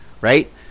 right